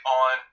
on